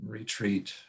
retreat